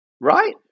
right